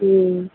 ہوں